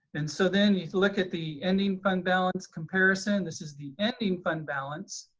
and so then you look at the ending fund balance comparison, this is the ending fund balance.